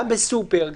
גם בסופר,